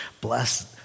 Bless